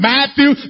Matthew